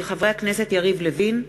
של חברי הכנסת יריב לוין,